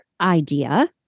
idea